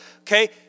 okay